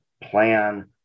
plan